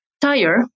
tire